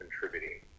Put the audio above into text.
contributing